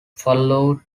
followed